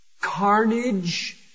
carnage